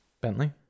Bentley